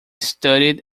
studied